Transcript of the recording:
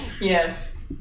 Yes